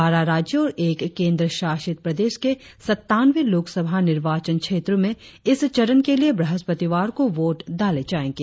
बारह राज्यों और एक केंद्रशासित प्रदेश के सत्तावनें लोकसभा निर्वाचन क्षेत्रों में इस चरण के लिए ब्रहस्पतिवार को वोट डाले जाएंगे